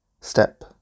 step